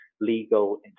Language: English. legal